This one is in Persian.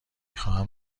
خواهم